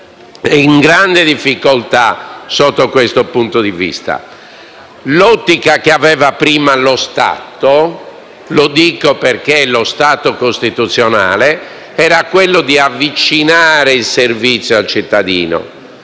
in grande difficoltà da questo punto di vista. L'ottica che aveva prima lo Stato - lo Stato costituzionale - era quella di avvicinare il servizio al cittadino,